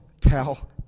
tell